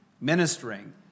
ministering